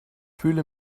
fühle